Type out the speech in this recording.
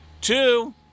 Two